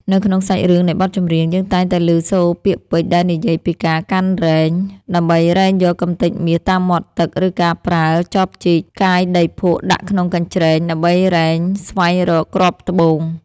នៅក្នុងសាច់រឿងនៃបទចម្រៀង យើងតែងតែឮសូរពាក្យពេចន៍ដែលនិយាយពីការកាន់រែង ដើម្បីរែងយកកំទេចមាសតាមមាត់ទឹក ឬការប្រើ ចបជីក កាយដីភក់ដាក់ក្នុងកញ្ច្រែង ដើម្បីរែងស្វែងរកគ្រាប់ត្បូង។